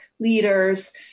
leaders